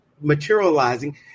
materializing